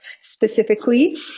specifically